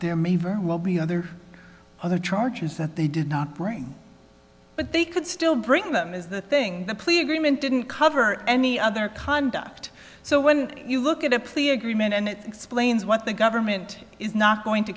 there may very well be other other charges that they did not bring but they could still bring them is the thing the plea agreement didn't cover any other conduct so when you look at a plea agreement and it explains what the government is not going to